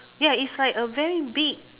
ya it's like a very big